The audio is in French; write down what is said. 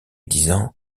disant